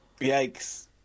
Yikes